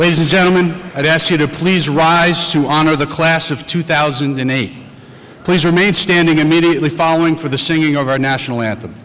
and gentlemen i ask you to please rise to honor the class of two thousand and eight please remain standing immediately following for the singing of our national anthem